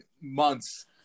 months